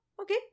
okay